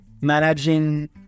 managing